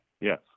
Yes